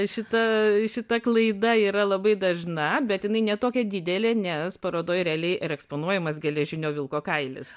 šita šita klaida yra labai dažna bet jinai ne tokia didelė nes parodoj realiai ir eksponuojamas geležinio vilko kailis